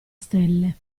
stelle